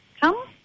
Come